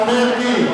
השר מרגי.